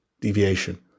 Deviation